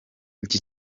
iki